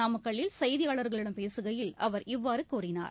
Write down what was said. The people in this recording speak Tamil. நாமக்கல்வில் செய்தியாளர்களிடம் பேசுகையில் அவர் இவ்வாறுகூறினார்